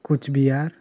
Cooch Behar